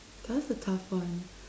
that's a tough one